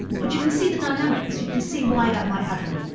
but you can see the dynamics. you can see why that might happen